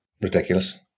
ridiculous